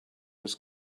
was